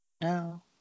No